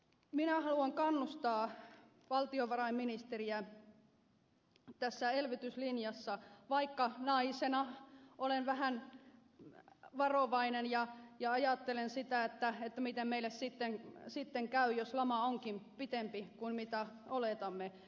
minä haluan kannustaa valtiovarainministeriä tässä elvytyslinjassa vaikka naisena olen vähän varovainen ja ajattelen sitä miten meille sitten käy jos lama onkin pitempi kuin mitä oletamme